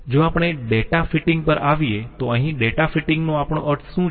જો આપણે data fitting પર આવીએ તો અહીં ડેટા ફિટિંગ નો આપણો અર્થ શું છે